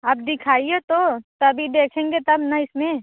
आप दिखाइए तो तभी देखेंगे तब ना इसमें